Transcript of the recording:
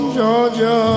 Georgia